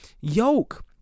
yoke